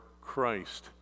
Christ